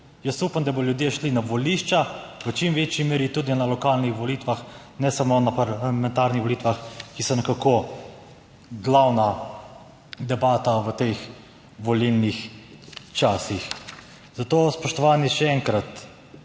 Jaz upam, da bodo ljudje šli na volišča v čim večji meri tudi na lokalnih volitvah, ne samo na parlamentarnih volitvah, ki so nekako glavna debata v volilnih časih. Zato, spoštovani, še enkrat,